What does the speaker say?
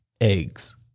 eggs